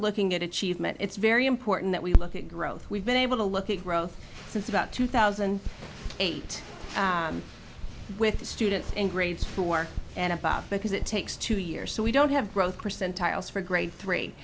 looking at achievement it's very important that we look at growth we've been able to look at growth since about two thousand and eight with the students in grades four and about because it takes two years so we don't have growth percentiles for grade three